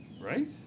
Right